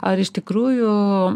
ar iš tikrųjų